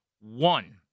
one